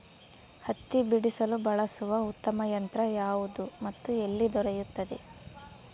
ಹತ್ತಿ ಬಿಡಿಸಲು ಬಳಸುವ ಉತ್ತಮ ಯಂತ್ರ ಯಾವುದು ಮತ್ತು ಎಲ್ಲಿ ದೊರೆಯುತ್ತದೆ?